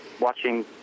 watching